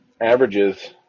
averages